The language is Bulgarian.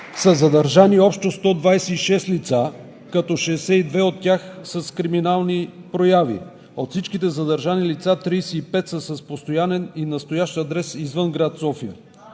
са задържани общо 126 лица, като 62 от тях са с криминални прояви. От всичките задържани лица 35 са с постоянен и настоящ адрес извън град София.